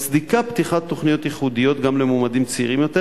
יש הצדקה לפתיחת תוכניות ייחודיות גם למועמדים צעירים יותר,